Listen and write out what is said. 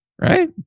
Right